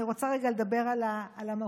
אני רוצה לדבר על המהות.